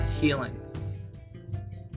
healing